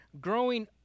growing